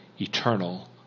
eternal